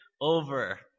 over